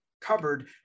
cupboard